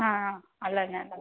అ ఆ అలాగే అలాగే